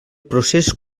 procés